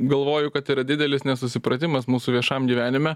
galvoju kad yra didelis nesusipratimas mūsų viešam gyvenime